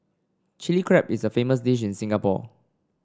Chilli Crab is a famous dish in Singapore